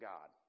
God